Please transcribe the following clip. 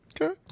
Okay